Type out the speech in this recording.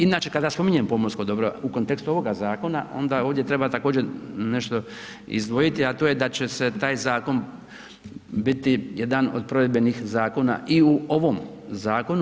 Inače kada spominjem pomorsko dobro u kontekstu ovoga zakona onda ovdje treba također nešto izdvojiti, a to je da će se taj zakon biti jedan od provedbenih zakona i u ovom zakonu.